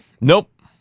Nope